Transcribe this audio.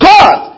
God